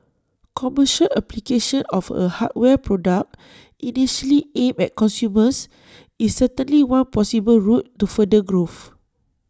commercial application of A hardware product initially aimed at consumers is certainly one possible route to further growth